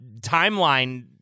timeline